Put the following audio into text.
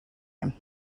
him